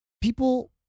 people